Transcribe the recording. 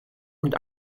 und